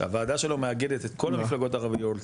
שהוועדה שלו מאגדת את כל המפלגות הערביות,